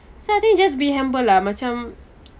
so then you just be humble lah macam